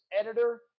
Editor